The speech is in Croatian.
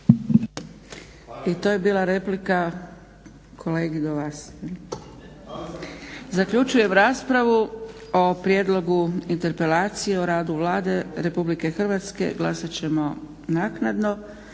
I to je bila replika kolegi do vas jel'? Zaključujem raspravu. O prijedlogu interpelacije o radu Vlade RH glasat ćemo naknadno.